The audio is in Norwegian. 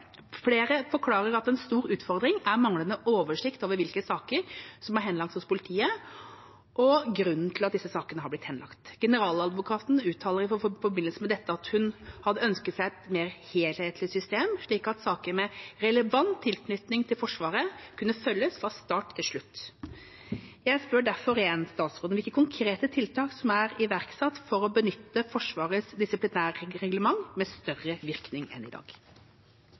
Flere forklarer at en stor utfordring er manglende oversikt over hvilke saker som er henlagt hos politiet, og grunnen til at disse sakene har blitt henlagt. Generaladvokaten uttaler i forbindelse med dette at hun hadde ønsket seg et mer helhetlig system, slik at saker med relevant tilknytning til Forsvaret kunne følges fra start til slutt. Jeg spør derfor statsråden igjen hvilke konkrete tiltak som er iverksatt for å benytte Forsvarets disiplinærreglement, med større virkning enn i dag.